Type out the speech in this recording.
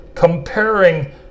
Comparing